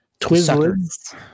Twizzlers